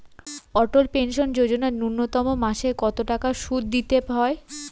অটল pension Yojana ন্যূনতম মাসে কত টাকা সুধ দিতে হয়?